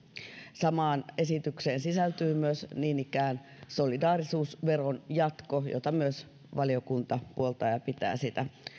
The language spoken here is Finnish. samaan esitykseen sisältyy myös niin ikään solidaarisuusveron jatko jota myös valiokunta puoltaa ja pitää